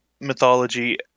mythology